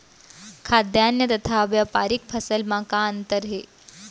खाद्यान्न तथा व्यापारिक फसल मा का अंतर हे?